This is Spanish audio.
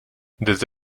desde